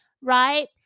right